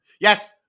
Yes